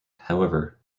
however